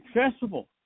accessible